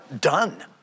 done